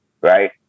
right